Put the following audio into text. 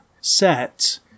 set